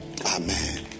Amen